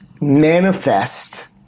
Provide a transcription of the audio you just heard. manifest